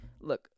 look